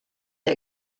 the